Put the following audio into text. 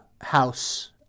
house